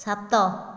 ସାତ